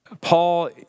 Paul